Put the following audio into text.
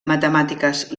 matemàtiques